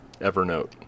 Evernote